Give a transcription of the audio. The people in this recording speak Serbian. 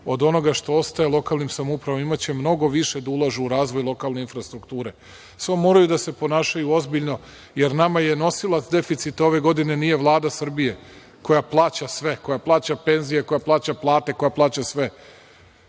od onoga što ostaje lokalnim samoupravama, imaće mnogo više da ulažu u razvoj lokalne infrastrukture. Samo moraju da se ponašaju ozbiljno, jer nama je nosilac deficita ove godine nije Vlada Srbije, koja plaća sve, koja plaća penzije, koja plaća plate, koja plaća sve,